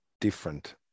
different